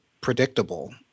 predictable